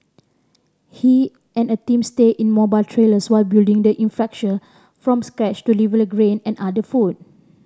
he and a team stayed in mobile trailers while building the infrastructure from scratch to deliver grain and other food